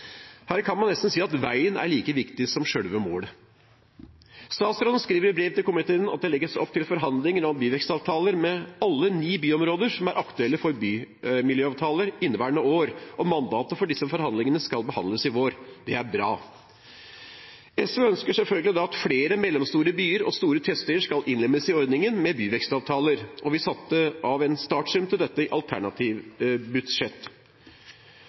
Her kan man nesten si at veien er like viktig som selve målet. Statsråden skriver i brev til komiteen at det legges opp til forhandlinger om byvekstavtaler med alle ni byområder som er aktuelle for bymiljøavtaler, inneværende år, og mandatet for disse forhandlingene skal forhandles i vår. Det er bra. SV ønsker selvfølgelig at flere mellomstore byer og store tettsteder skal innlemmes i ordningen med byvekstavtaler, og vi satte av en startsum til dette i alternativt budsjett.